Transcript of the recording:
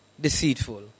deceitful